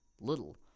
little